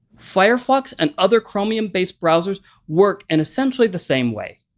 firefox and other chromium based browsers work in essentially the same way.